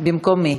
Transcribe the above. במקום מי?